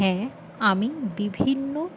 হ্যাঁ আমি বিভিন্ন